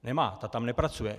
Nemá, ta tam nepracuje.